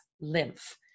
lymph